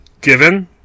given